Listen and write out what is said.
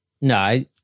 No